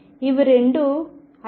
ఇవి రెండు ideal cases